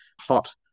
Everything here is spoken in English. hot